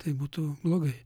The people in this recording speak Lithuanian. tai būtų blogai